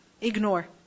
ignore